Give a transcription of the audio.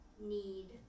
need